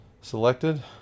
selected